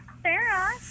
Sarah